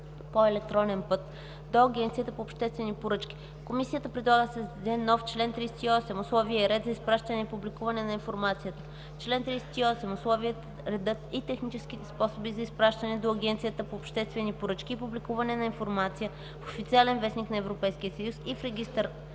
по електронен път до Агенцията по обществени поръчки.” Комисията предлага да се създаде нов чл. 38: „Условия и ред за изпращане и публикуване на информация Чл. 38. Условията, редът и техническите способи за изпращане до Агенцията по обществени поръчки и публикуване на информация в „Официален вестник” на Европейския съюз и в РОП,